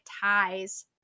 ties